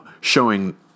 showing